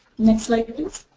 next slide please.